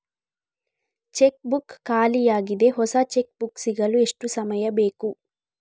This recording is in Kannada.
ಚೆಕ್ ಬುಕ್ ಖಾಲಿ ಯಾಗಿದೆ, ಹೊಸ ಚೆಕ್ ಬುಕ್ ಸಿಗಲು ಎಷ್ಟು ಸಮಯ ಬೇಕು?